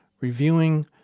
reviewing